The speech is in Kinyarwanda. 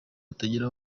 atagira